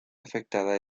afectada